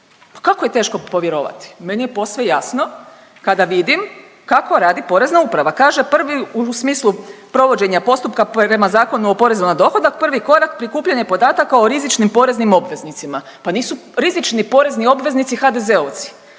kako je teško povjerovati? Meni je posve jasno kada vidim kako radi Porezna uprava. Kaže prvi u smislu provođenja postupka prema Zakonu o porezu na dohodak, prvi korak prikupljanje podataka o rizičnim poreznim obveznicima. Pa nisu rizični porezni obveznici HDZ-ovci.